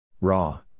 Raw